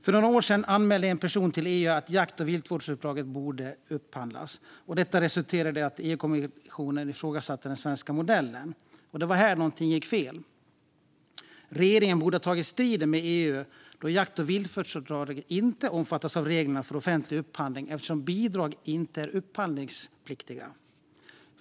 För några år sedan anmälde en person till EU att jakt och viltvårdsuppdraget borde upphandlas, och det resulterade i att EU-kommissionen ifrågasatte den svenska modellen. Det var här någonting gick fel. Regeringen borde ha tagit striden med EU, då jakt och viltvårdsuppdraget inte omfattas av reglerna för offentlig upphandling eftersom bidrag inte är upphandlingspliktiga.